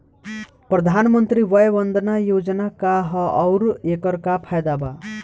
प्रधानमंत्री वय वन्दना योजना का ह आउर एकर का फायदा बा?